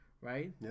Right